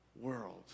world